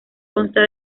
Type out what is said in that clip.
consta